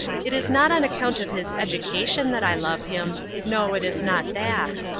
it is not on account of his education that i love him no, it is not that.